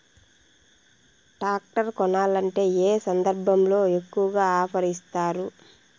Tractor కొనాలంటే ఏ సందర్భంలో ఎక్కువగా ఆఫర్ ఇస్తారు?